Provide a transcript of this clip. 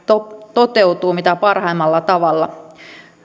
toteutuu mitä parhaimmalla tavalla